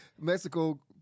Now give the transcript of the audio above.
Mexico